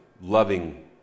loving